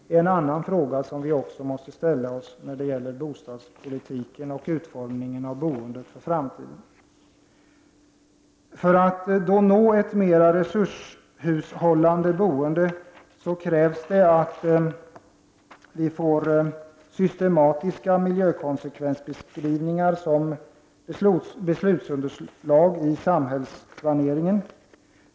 Det är en annan fråga som vi måste ställa oss när vi diskuterar bostadspolitik och den framtida utformningen av boendet. För att uppnå ett mer resurshushållande boende krävs att vi får systematiska miljökonsekvensbeskrivningar som beslutsunderlag i samhällsplaneringen.